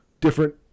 different